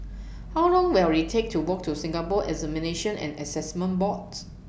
How Long Will IT Take to Walk to Singapore Examinations and Assessment Boards